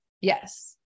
Yes